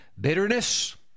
bitterness